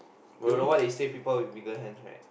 but you know what they say people with bigger hands right